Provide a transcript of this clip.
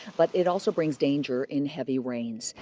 but it also brings danger in heavy rains,